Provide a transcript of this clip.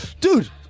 Dude